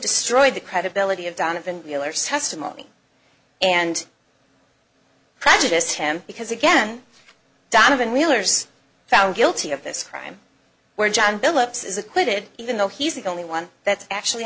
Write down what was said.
destroyed the credibility of donovan wheeler's testimony and prejudiced him because again donovan wheeler's found guilty of this crime where john billups is acquitted even though he's the only one that's actually